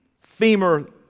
femur